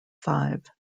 five